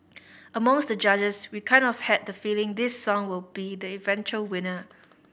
amongst the judges we kind of had the feeling this song would be the eventual winner